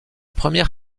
première